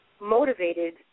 motivated